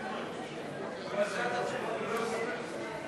כהצעת הוועדה,